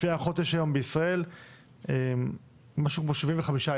לפי ההערכות יש היום בישראל משהו כמו 75,000